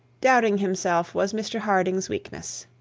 doubting himself was mr harding's weakness.